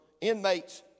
inmates